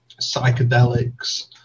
psychedelics